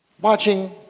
watching